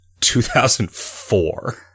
2004